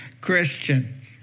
Christians